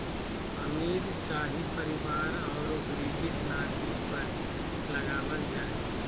अमीर, शाही परिवार औरो ब्रिटिश नागरिक पर लगाबल जा हइ